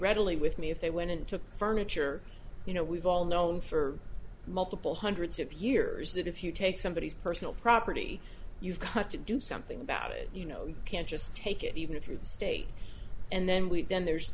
readily with me if they went and took furniture you know we've all known for multiple hundreds of years that if you take somebody's personal property you've got to do something about it you know you can't just take it even through the state and then leave then there's